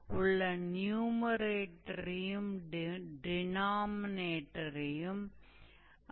माना कि यह हमारा समीकरण 1 है